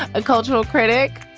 a cultural critic.